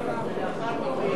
ולאחר מכן,